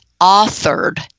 authored